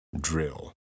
drill